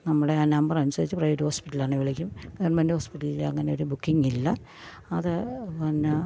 നമ്മുടെ ആ നമ്പർ അനുസരിച്ച് പ്രൈവറ്റ് ഹോസ്പിറ്റൽ ആണെങ്കിൽ വിളിക്കും ഗവൺമെൻറ് ഹോസ്പിറ്റലിൽ അങ്ങനെയൊരു ബുക്കിങ്ങ് ഇല്ല അത് പിന്നെ